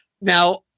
Now